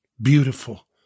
beautiful